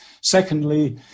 Secondly